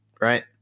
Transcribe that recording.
right